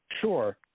Sure